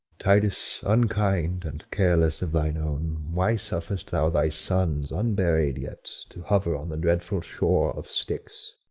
titus, unkind, and careless of thine own, why suffer'st thou thy sons, unburied yet, to hover on the dreadful shore of styx?